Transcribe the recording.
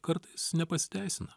kartais nepasiteisina